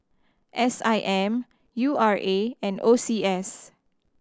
S I M U R A and O C S